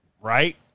Right